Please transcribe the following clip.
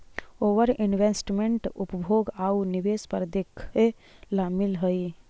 ओवर investment उपभोग आउ निवेश पर देखे ला मिलऽ हई